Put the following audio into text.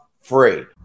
free